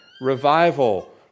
revival